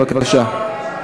בבקשה.